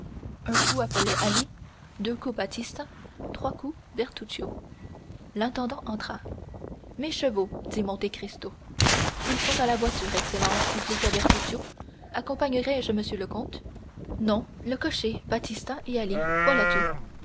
un coup appelait ali deux coups baptistin trois coups bertuccio l'intendant entra mes chevaux dit monte cristo ils sont à la voiture excellence répliqua bertuccio accompagnerai je monsieur le comte non le cocher baptistin et ali voilà tout